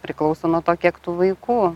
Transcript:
priklauso nuo to kiek tų vaikų